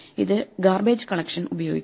ഇത് garbage collection ഉപയോഗിക്കുന്നു